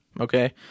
okay